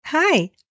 Hi